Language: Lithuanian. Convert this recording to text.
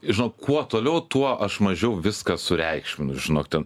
žinok kuo toliau tuo aš mažiau viską sureikšminu žinok ten